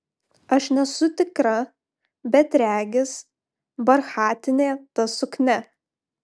aš nesu tikra bet regis barchatinė ta suknia